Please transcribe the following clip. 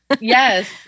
Yes